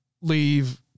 leave